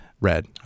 Red